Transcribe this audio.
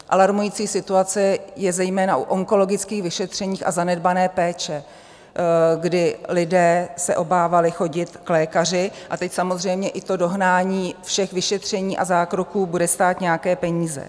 Alarmující situace je zejména u onkologických vyšetření a zanedbané péče, kdy lidé se obávali chodit k lékaři a teď samozřejmě i to dohnání všech vyšetření a zákroků bude stát nějaké peníze.